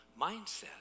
mindset